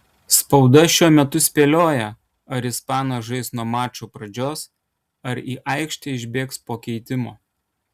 spauda šiuo metu spėlioja ar ispanas žais nuo mačo pradžios ar į aikštę išbėgs po keitimo